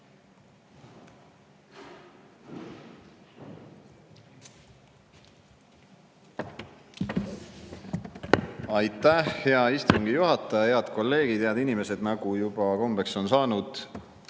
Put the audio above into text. Aitäh, hea istungi juhataja! Head kolleegid! Head inimesed! Nagu juba kombeks on saanud,